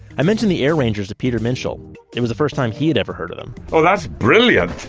i mention the air rangers to peter minshall it was the first time he'd ever heard of them. oh that's brilliant!